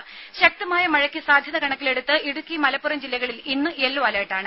രുര ശക്തമായ മഴയ്ക്ക് സാധ്യത കണക്കിലെടുത്ത് ഇടുക്കി മലപ്പുറം ജില്ലകളിൽ ഇന്ന് യെല്ലോ അലർട്ടാണ്